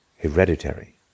Hereditary